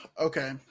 okay